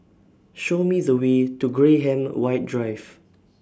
Show Me The Way to Graham White Drive